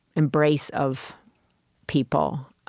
embrace of people.